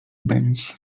bęc